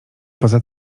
poza